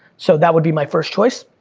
so, that would be my first choice.